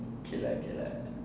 okay lah okay lah